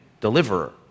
Deliverer